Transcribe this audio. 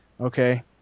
Okay